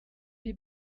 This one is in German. wie